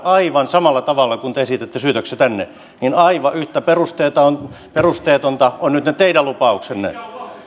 aivan samalla tavalla kuin te esitätte syytöksiä tänne aivan yhtä perusteettomia ovat nyt ne teidän lupauksenne